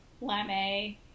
lame